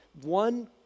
one